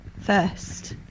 first